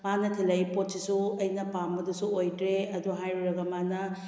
ꯃꯥꯅ ꯊꯤꯂꯛꯏ ꯄꯣꯠꯁꯤꯁꯨ ꯑꯩꯅ ꯄꯥꯝꯕꯗꯁꯨ ꯑꯣꯏꯗ꯭ꯔꯦ ꯑꯗꯨ ꯍꯥꯏꯔꯨꯔꯒ ꯃꯥꯅ